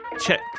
check